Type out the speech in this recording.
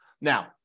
Now